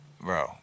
bro